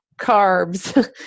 carbs